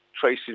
tracing